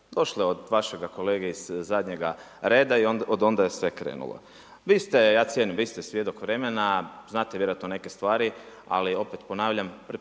Došlo je od vašega kolege iz zadnjega reda i od onda je sve krenulo. Vi ste, ja cijenim, vi ste svjedok vremena. Znate vjerojatno neke stvari, ali opet ponavljam